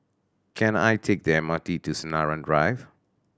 can I take the M R T to Sinaran Drive